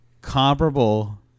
comparable